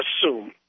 assume